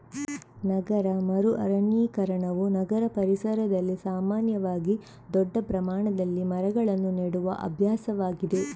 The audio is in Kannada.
ನಗರ ಮರು ಅರಣ್ಯೀಕರಣವು ನಗರ ಪರಿಸರದಲ್ಲಿ ಸಾಮಾನ್ಯವಾಗಿ ದೊಡ್ಡ ಪ್ರಮಾಣದಲ್ಲಿ ಮರಗಳನ್ನು ನೆಡುವ ಅಭ್ಯಾಸವಾಗಿದೆ